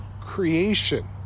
creation